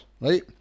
right